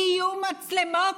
יהיו מצלמות,